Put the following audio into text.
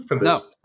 No